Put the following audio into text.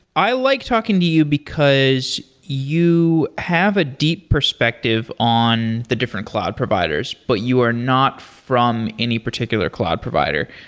i like talking to you, because you have a deep perspective on the different cloud providers, but you are not from any particular cloud provider.